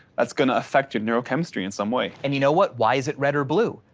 that's gonna affect your neuro chemistry in some way. and you know what, why is it red or blue?